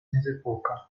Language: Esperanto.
mezepoka